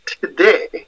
today